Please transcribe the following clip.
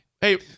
Hey